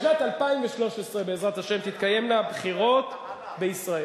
בשנת 2013, בעזרת השם, תתקיימנה בחירות בישראל,